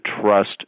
trust